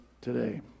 today